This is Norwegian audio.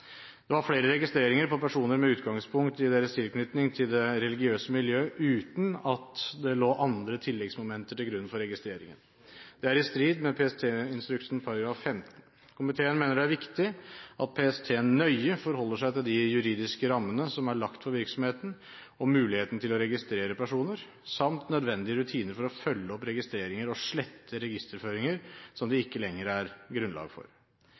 Det var flere registreringer på personer med utgangspunkt i deres tilknytning til det religiøse miljøet, uten at det lå andre tilleggsmomenter til grunn for registreringen. Det er i strid med PST-instruksen, § 15. Komiteen mener det er viktig at PST nøye forholder seg til de juridiske rammene som er lagt for virksomheten, og muligheten til å registrere personer samt nødvendige rutiner for å følge opp registreringer og slette registerføringer som det ikke lenger er grunnlag for.